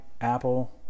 Apple